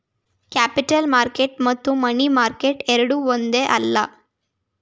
capital market ಮತ್ತು money market ಎರಡೂ ಒಂದೇ ಅಲ್ಲ